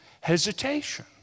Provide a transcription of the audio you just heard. hesitation